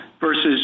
versus